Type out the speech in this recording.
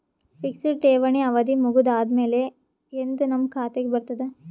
Fixed ಠೇವಣಿ ಅವಧಿ ಮುಗದ ಆದಮೇಲೆ ಎಂದ ನಮ್ಮ ಖಾತೆಗೆ ಬರತದ?